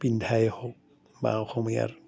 পিন্ধাই হওক বা অসমীয়াৰ